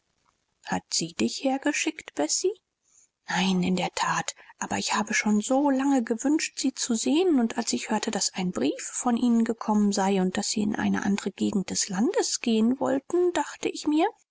hat sie dich hergeschickt bessie nein in der that aber ich habe schon so lange gewünscht sie zu sehen und als ich hörte daß ein brief von ihnen gekommen sei und daß sie in eine andere gegend des landes gehen wollten dachte ich mir